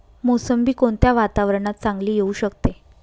मोसंबी कोणत्या वातावरणात चांगली येऊ शकते?